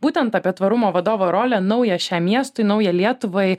būtent apie tvarumo vadovo rolę naują šiam miestui naują lietuvai